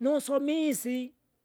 nusomisi.